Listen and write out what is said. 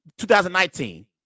2019